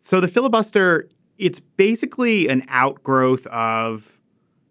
so the filibuster it's basically an outgrowth of